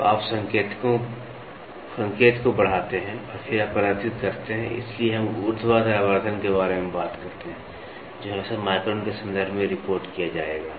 तो आप संकेतको बढ़ाते हैं और फिर आप प्रदर्शित करते हैं इसलिए हम ऊर्ध्वाधर आवर्धन के बारे में बात करते हैं जो हमेशा माइक्रोन के संदर्भ में रिपोर्ट किया जाएगा